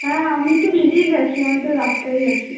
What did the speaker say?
হ্যাঁ আমি তো বেরিয়ে গেছি আমি তো রাস্তায়ই আছি